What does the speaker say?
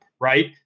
right